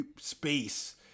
space